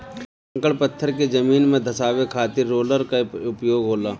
कंकड़ पत्थर के जमीन में धंसावे खातिर रोलर कअ उपयोग होला